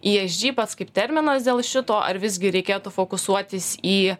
esg pats kaip terminas dėl šito ar visgi reikėtų fokusuotis į